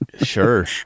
sure